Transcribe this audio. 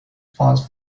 pass